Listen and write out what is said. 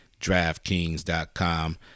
DraftKings.com